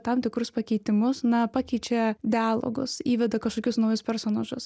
tam tikrus pakeitimus na pakeičia dialogus įveda kažkokius naujus personažus